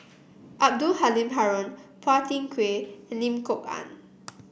Abdul Halim Haron Phua Thin Kiay and Lim Kok Ann